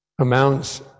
amounts